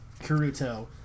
Kuruto